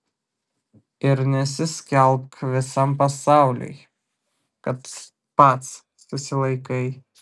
ir nesiskelbk visam pasauliui kad pats susilaikai